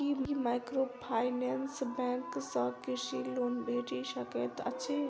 की microfinance bank सँ कृषि loan भेटि सकैत अछि?